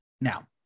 Now